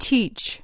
Teach